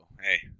hey